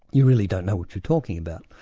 you really don't know what you're talking about.